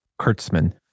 Kurtzman